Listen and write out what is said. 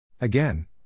Again